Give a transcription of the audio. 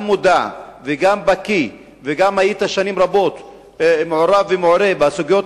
מודע וגם בקי וגם היית שנים רבות מעורב ומעורה בסוגיות